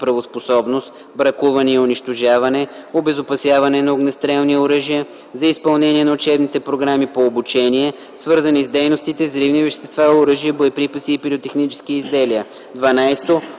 правоспособност, бракуване и унищожаване, обезопасяване на огнестрелни оръжия, за изпълнение на учебните програми по обучение, свързани с дейностите с взривни вещества, оръжия, боеприпаси и пиротехнически изделия;